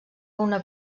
una